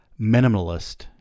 minimalist